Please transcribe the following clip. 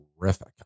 terrific